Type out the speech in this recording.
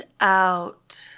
out